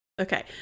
Okay